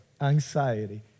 anxiety